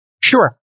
Sure